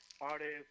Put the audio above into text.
artists